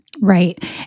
Right